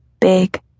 big